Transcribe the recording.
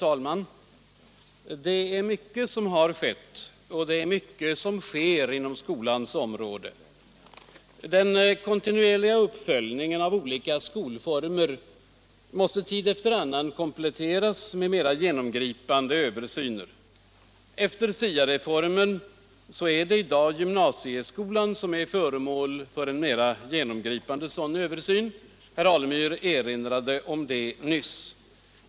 Herr talman! Mycket har skett och mycket sker inom skolans område. Den kontinuerliga uppföljningen av olika skolformer måste tid efter annan kompletteras med mera genomgripande översyner. Efter SIA-reformen är det i dag gymnasieskolan som är föremål för en mera genomgripande översyn. Herr Alemyr erinrade om det nyss.